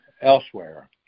elsewhere